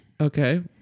Okay